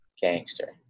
gangster